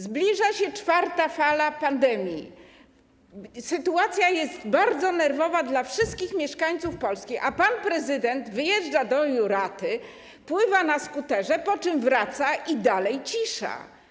Zbliża się czwarta fala pandemii, sytuacja jest bardzo nerwowa dla wszystkich mieszkańców Polski, a pan prezydent wyjeżdża do Juraty, pływa na skuterze, po czym wraca i dalej cisza.